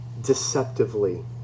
deceptively